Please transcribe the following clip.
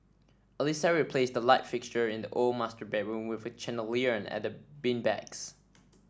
Alissa replaced the light fixture in the old master bedroom with a chandelier and beanbags